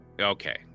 Okay